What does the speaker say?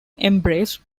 embraced